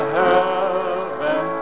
heaven